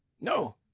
No